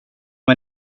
man